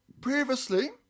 Previously